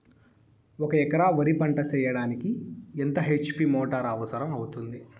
ఒక ఎకరా వరి పంట చెయ్యడానికి ఎంత హెచ్.పి మోటారు అవసరం అవుతుంది?